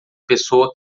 pessoa